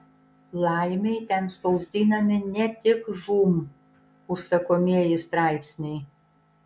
laimei ten spausdinami ne tik žūm užsakomieji straipsniai